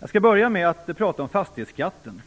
Jag skall börja med att prata om fastighetsskatten.